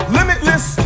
limitless